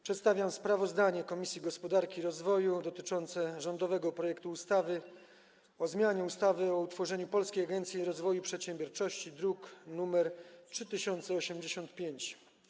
Przedstawiam sprawozdanie Komisji Gospodarki i Rozwoju dotyczące rządowego projektu ustawy o zmianie ustawy o utworzeniu Polskiej Agencji Rozwoju Przedsiębiorczości, druk nr 3085.